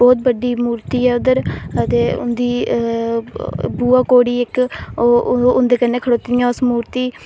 बहुत बड्डी मूर्ती ऐ उद्धर अदे उंदी बुआ कौड़ी इक उंदे कन्नै खड़ोती दियां